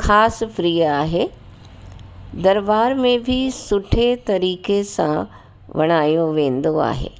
ख़ासि प्रिय आहे दरबार में बि सुठे तरीक़े सां वणायो वेंदो आहे